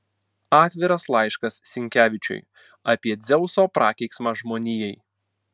atviras laiškas sinkevičiui apie dzeuso prakeiksmą žmonijai